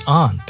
on